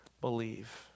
believe